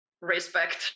respect